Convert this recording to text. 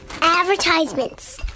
Advertisements